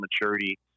maturity